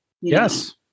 yes